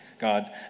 God